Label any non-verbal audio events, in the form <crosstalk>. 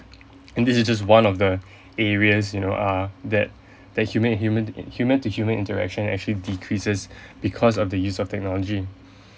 <noise> and this is just one of the <breath> areas you know uh that <breath> that human and human human to human interaction actually decreases <breath> because of the use of technology